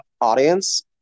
audience